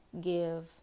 give